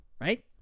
right